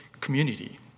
community